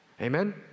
Amen